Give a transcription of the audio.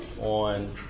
on